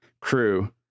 crew